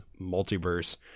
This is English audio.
multiverse